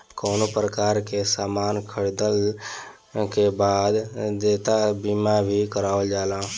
कवनो प्रकार के सामान खरीदला के बाद देयता बीमा भी करावल जाला